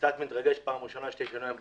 אני קצת מתרגש, פעם ראשונה שאני בכנסת.